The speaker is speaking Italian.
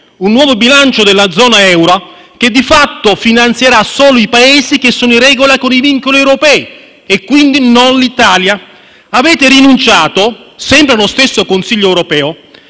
un nuovo bilancio della zona euro che di fatto finanzierà solo i Paesi che sono in regola con i vincoli europei e, quindi, non l'Italia. Avete rinunciato, sempre allo stesso Consiglio Europeo,